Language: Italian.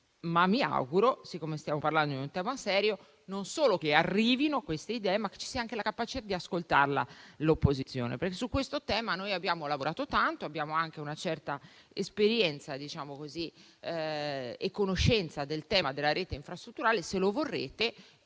Mi auguro, però, siccome stiamo parlando di un tema serio, non solo che queste idee arrivino, ma che ci sia anche la capacità di ascoltare l'opposizione, perché su questo tema abbiamo lavorato tanto e abbiamo anche una certa esperienza e conoscenza del tema della rete infrastrutturale. Se lo vorrete,